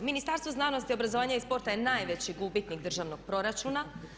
Ministarstvo znanosti, obrazovanja i sporta je najveći gubitnik državnog proračuna.